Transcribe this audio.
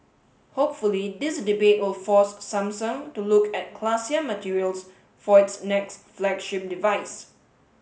hopefully this debate will force Samsung to look at classier materials for its next flagship device